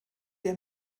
der